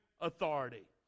authority